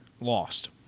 Lost